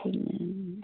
പിന്നെ